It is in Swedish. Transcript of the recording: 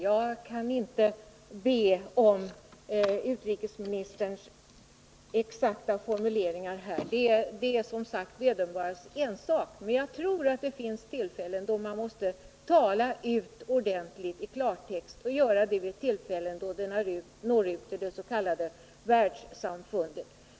Jag kan inte be om exakta formuleringar, det är som sagt vederbörandes ensak, men jag tror att det finns tillfällen när man måste tala i klartext, och då särskilt när det man säger når ut tilldets.k. världssamfundet.